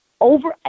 over